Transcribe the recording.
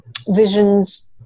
visions